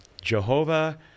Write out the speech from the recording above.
Jehovah